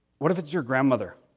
what if it's your grandmother?